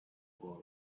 boy